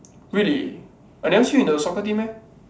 really I never see you in the soccer team meh